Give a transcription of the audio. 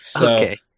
okay